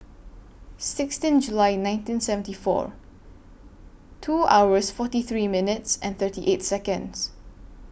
sixteen July nineteen seventy four two hours forty three minutes and thirty eight Seconds